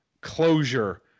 closure